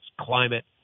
climate